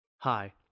Hi